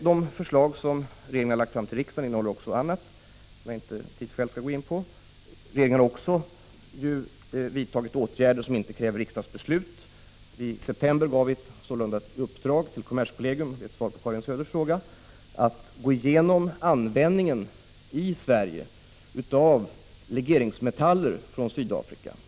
Det förslag som regeringen har lagt fram till riksdagen innehåller också annat, som jag av tidsskäl inte skall gå in på. Regeringen har också vidtagit åtgärder som inte kräver riksdagsbeslut. I september gavs sålunda — och därmed ger jag ett svar på Karin Söders fråga — kommerskollegium i uppdrag att gå igenom användningen i Sverige av legeringsmetaller från Sydafrika.